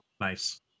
nice